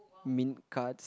mint cards